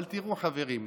אבל תראו, חברים,